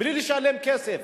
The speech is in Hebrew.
בלי לשלם כסף,